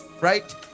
right